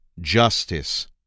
Justice